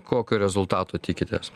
kokio rezultato tikitės